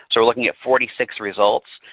so are looking at forty six results.